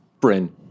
Bryn